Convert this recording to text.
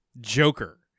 Joker